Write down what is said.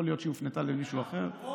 יכול להיות שהיא הופנתה למישהו אחר.